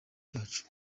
cyacu